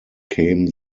came